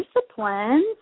disciplines